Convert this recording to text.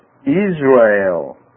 Israel